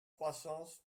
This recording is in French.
croissance